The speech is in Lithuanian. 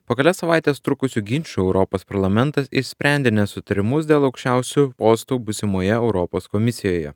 po kelias savaites trukusių ginčų europos parlamentas išsprendė nesutarimus dėl aukščiausių postų būsimoje europos komisijoje